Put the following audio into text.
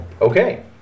Okay